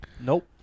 Nope